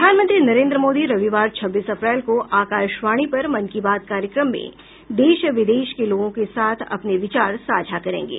प्रधानमंत्री नरेंद्र मोदी रविवार छब्बीस अप्रैल को आकाशवाणी पर मन की बात कार्यक्रम में देश विदेश के लोगों के साथ अपने विचार साझा करेंगे